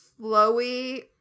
flowy